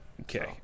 Okay